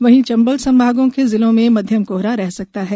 वहीं चंबल संभागों के जिलों में मध्यम कोहरा रह सकता है